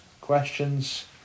questions